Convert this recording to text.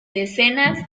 decenas